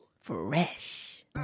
Fresh